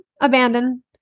abandon